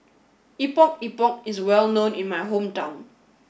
Epok Epok is well known in my hometown